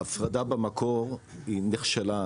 ההפרדה במקור היא נכשלה,